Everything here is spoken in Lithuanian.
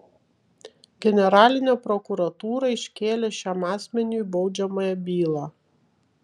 generalinė prokuratūra iškėlė šiam asmeniui baudžiamąją bylą